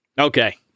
okay